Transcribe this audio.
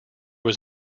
was